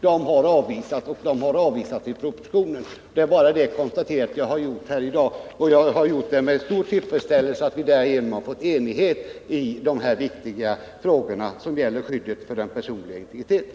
De har också avvisats i propositionen. Det är bara det konstaterandet jag har gjort i dag — och jag har gjort det med tillfredsställelse — att vi därigenom har fått enighet i de här viktiga frågorna, som gäller skyddet för den personliga integriteten.